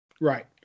Right